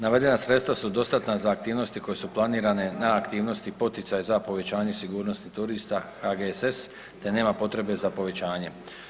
Navedena sredstva su dostatna za aktivnosti koje su planirane na aktivnosti poticaj za povećanje sigurnosti turista HGSS te nema potrebe za povećanjem.